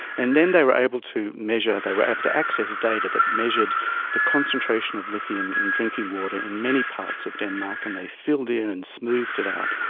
and then they were able to measure, they were able to access data that measured the concentration of lithium in drinking water in many parts of denmark, and they filled in and smoothed it out.